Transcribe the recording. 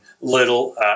little